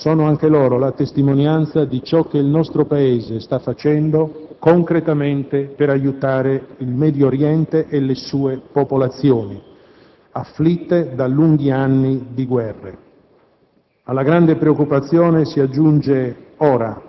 I due cooperanti italiani sequestrati a Gaza sono anche loro la testimonianza di ciò che il nostro Paese sta facendo concretamente per aiutare il Medio Oriente e le sue popolazioni afflitte da lunghi anni di guerre.